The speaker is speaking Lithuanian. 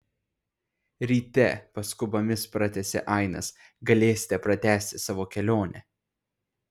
ryte paskubomis pratęsė ainas galėsite pratęsti savo kelionę